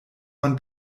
man